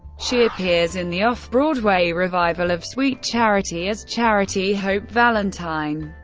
she appears in the off-broadway revival of sweet charity as charity hope valentine.